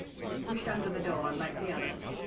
he was pushed under the door like the others.